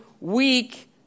weak